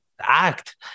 Act